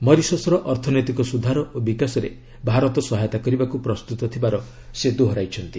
ମରିସସ୍ର ଅର୍ଥନୈତିକ ସୁଧାର ଓ ବିକାଶରେ ଭାରତ ସହାୟତା କରିବାକୁ ପ୍ରସ୍ତୁତ ଥିବାର ସେ ଦୋହରାଇଛନ୍ତି